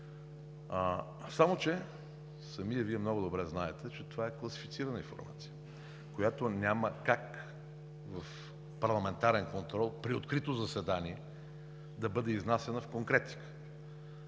Само че самият Вие много добре знаете, че това е класифицирана информация, която няма как в парламентарен контрол, при открито заседание да бъде изнасяна в конкретика.